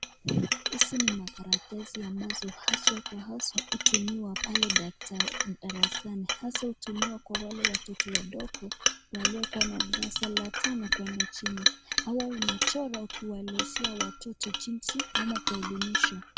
Hizi ni makaratasi ambazo haswa kwa haswa hutumiwa pale darasani. Haswa hutumiwa kwa wale watoto wadogo walioko na darasa la tano kuenda chini. Hawa unachora ukiwalezea watoto jinsi ama kwa elimisha.